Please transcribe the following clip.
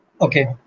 Okay